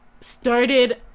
started